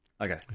Okay